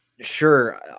sure